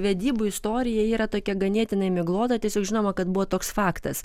vedybų istorija ji yra tokia ganėtinai miglota tiesiog žinoma kad buvo toks faktas